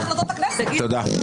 תודה.